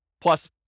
plus